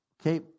okay